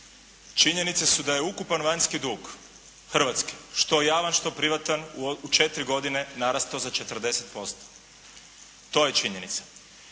Činjenicu su da je ukupan vanjski dug Hrvatske što javan što privatan u četiri godine narastao za 40%. To je činjenica.